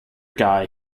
guy